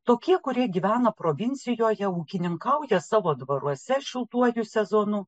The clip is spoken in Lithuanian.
tokie kurie gyvena provincijoje ūkininkauja savo dvaruose šiltuoju sezonu